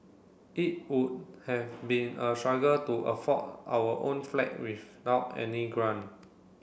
it would have been a struggle to afford our own flat without any grant